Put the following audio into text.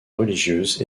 religieuses